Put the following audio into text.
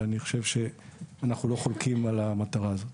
ואני חושב שאנחנו לא חולקים על המטרה הזאת.